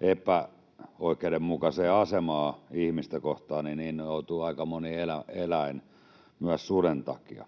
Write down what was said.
epäoikeudenmukaiseen asemaan ihmistä kohtaan, niin joutuu myös aika moni eläin suden takia.